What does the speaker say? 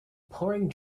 pouring